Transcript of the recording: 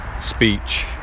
speech